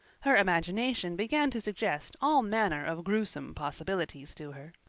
her imagination began to suggest all manner of gruesome possibilities to her.